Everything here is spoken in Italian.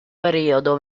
periodo